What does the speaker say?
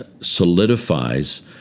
solidifies